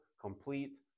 complete